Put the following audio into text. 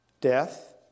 death